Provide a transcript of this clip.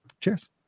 Cheers